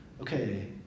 okay